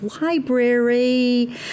library